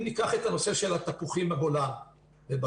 אם ניקח את נושא התפוחים בגולן ובגליל,